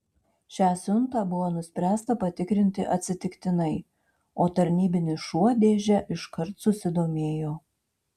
šią siuntą buvo nuspręsta patikrinti atsitiktinai o tarnybinis šuo dėže iškart susidomėjo